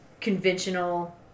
conventional